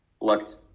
looked